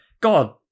god